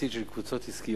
יחסית של קבוצות עסקיות.